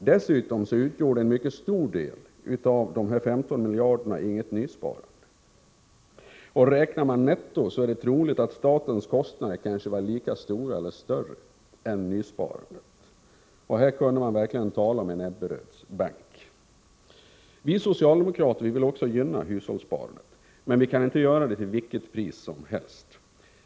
Dessutom utgjorde en mycket stor del av dessa 15 miljarder inget nysparande. Räknar vi netto är det troligt att statens kostnader var lika stora eller kanske större än nysparandet. Här kan man verkligen tala om Ebberöds bank. Vi socialdemokrater vill gynna hushållssparandet, men vi kan inte göra det till vilket pris som helst.